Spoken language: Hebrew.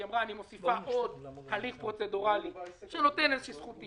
אמרה: אני מוסיפה עוד הליך פרוצדורלי שנותן איזו זכות טיעון.